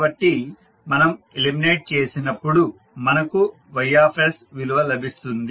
కాబట్టి మనం ఎలిమినేట్ చేసినప్పుడు మనకు Ys విలువ లభిస్తుంది